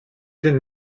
den